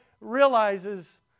realizes